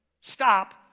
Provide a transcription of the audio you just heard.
stop